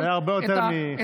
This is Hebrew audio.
היה הרבה יותר מחצי דקה.